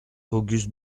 auguste